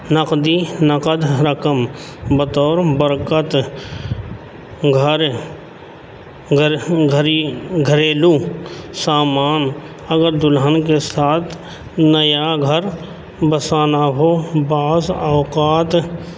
نقدی نقد رقم بطور برکت گھر گھر گھڑی گھریلو سامان اگر دلہن کے ساتھ نیا گھر بسانا ہو بعض اوقات